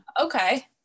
Okay